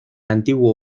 antiguo